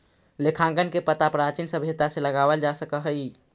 लेखांकन के पता प्राचीन सभ्यता से लगावल जा सकऽ हई